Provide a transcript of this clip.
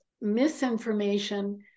misinformation